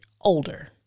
older